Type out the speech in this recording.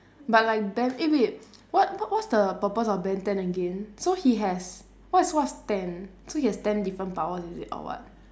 but like ben eh wait what what what's the purpose of ben ten again so he has what's what's ten so he has ten different powers is it or what